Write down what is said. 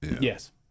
Yes